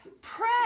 pray